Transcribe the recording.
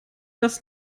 das